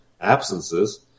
absences